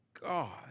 God